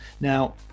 Now